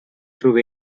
through